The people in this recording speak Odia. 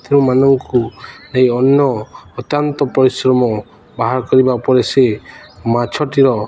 ମାନଙ୍କୁ ନେଇ ଅନ୍ୟ ଅତ୍ୟନ୍ତ ପରିଶ୍ରମ ବାହାର କରିବା ପରେ ସେ ମାଛଟିର